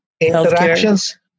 interactions